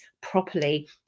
properly